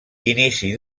inici